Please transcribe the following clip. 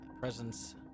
presence